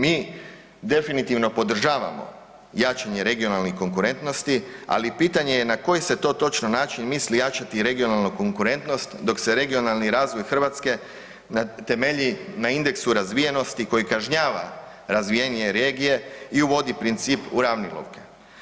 Mi definitivno podržavamo jačanje regionalnih konkurentnosti ali pitanje je na koji se to točno način misli jačati regionalna konkurentnost dok se regionalni razvoj Hrvatske temelji na indeksu razvijenosti koji kažnjava razvijenije regije i uvodi princip uranilovke.